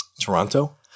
Toronto